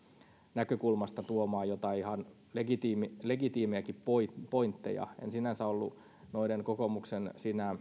näkökulmasta jotain ihan legitiimejäkin legitiimejäkin en sinänsä varsinaisesti ollut noiden kokoomuksen